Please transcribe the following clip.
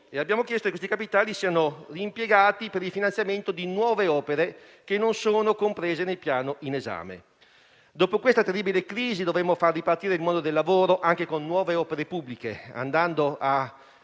e abbiamo chiesto che questi capitali siano reimpiegati per il finanziamento di nuove opere che non sono comprese nel Piano in esame. Dopo questa terribile crisi, dovremo far ripartire il mondo del lavoro anche con nuove opere pubbliche, andando a